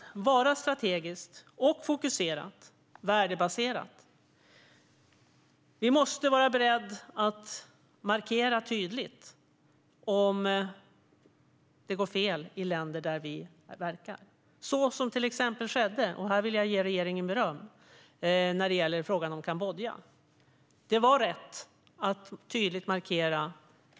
Det ska vara strategiskt, fokuserat och värdebaserat. Vi måste vara beredda att markera tydligt om det går fel i länder där vi verkar, så som till exempel skedde - och här vill jag ge regeringen beröm - när det gällde Kambodja.